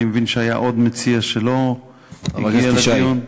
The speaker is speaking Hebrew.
אני מבין שהיה עוד מציע שלא הגיע לדיון.